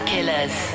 Killers